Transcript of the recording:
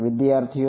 વિદ્યાર્થી z